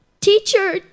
Teacher